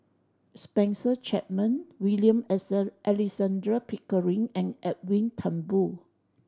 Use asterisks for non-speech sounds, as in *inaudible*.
Spencer Chapman William *unintelligible* Alexander Pickering and Edwin Thumboo